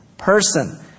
Person